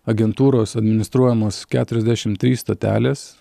agentūros administruojamos keturiasdešim trys stotelės